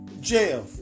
Jail